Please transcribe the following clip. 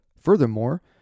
Furthermore